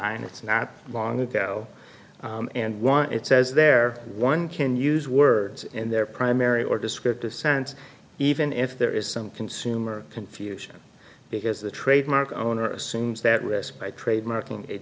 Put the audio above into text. nine it's not long ago and want it says there one can use words in their primary or descriptive sense even if there is some consumer confusion because the trademark owner assumes that risk by trademarking